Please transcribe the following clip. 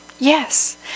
Yes